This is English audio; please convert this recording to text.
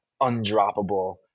undroppable